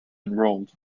enrolled